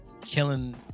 killing